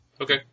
Okay